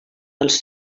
els